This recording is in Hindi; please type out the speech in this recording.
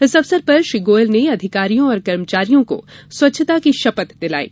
इस अवसर पर श्री गोयल ने अधिकारियों और कर्मचारियों को स्वच्छता की शपथ दिलायी